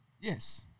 Yes